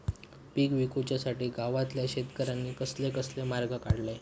पीक विकुच्यासाठी गावातल्या शेतकऱ्यांनी कसले कसले मार्ग काढले?